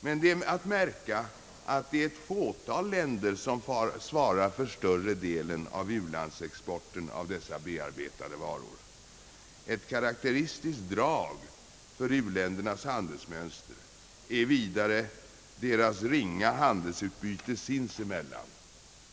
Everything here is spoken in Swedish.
Men det är att märka, att ett fåtal länder svarar för större delen av u-landsexporten av bearbetade varor. Ett karaktäristiskt drag för u-ländernas handelsmönster är vidare deras ringa handelsutbyte sinsemellan.